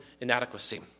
inadequacy